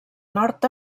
nord